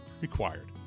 required